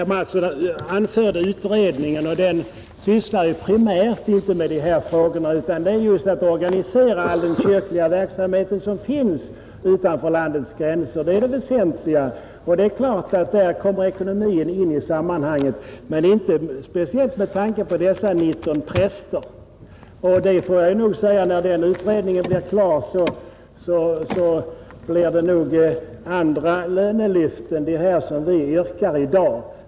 Herr talman! Utredningen sysslar inte primärt med sådana frågor, utan dess väsentligaste uppgift är att organisera all den kyrkliga verksamhet som förekommer utanför landets gränser. Det är klart att ekonomin kommer in i det sammanhanget, men inte speciellt med tanke på dessa 19 präster. När utredningen är klar, blir det nog fråga om helt andra lönelyft än dem vi yrkar i dag.